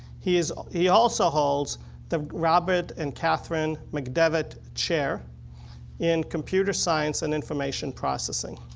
he is he also holds the robert and catherine mcdevitt chair in computer science and information processing.